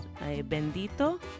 bendito